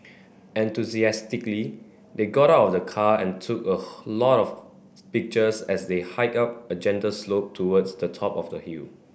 enthusiastically they got out of the car and took a lot of pictures as they hiked up a gentle slope towards the top of the hill